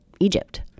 Egypt